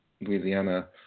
Louisiana